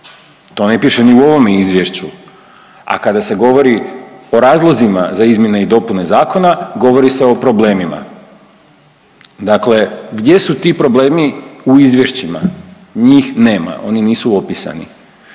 To ne piše ni u ovome izvješću, a kada se govori o razlozima za izmjene i dopune zakona govori se o problemima. Dakle, gdje su ti problemi u izvješćima, njih nema, oni nisu opisani.